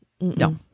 no